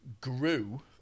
grew